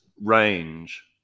range